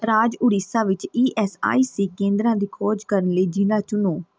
ਰਾਜ ਉੜੀਸਾ ਵਿੱਚ E S I C ਕੇਂਦਰਾਂ ਦੀ ਖੋਜ ਕਰਨ ਲਈ ਜ਼ਿਲ੍ਹਾ ਚੁਣੋ